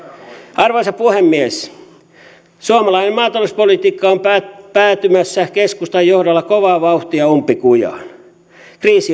arvoisa puhemies suomalainen maatalouspolitiikka on päätymässä keskustan johdolla kovaa vauhtia umpikujaan kriisi